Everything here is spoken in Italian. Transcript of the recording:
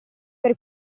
per